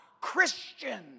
Christian